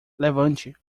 levante